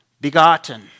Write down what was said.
begotten